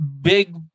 big